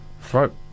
throat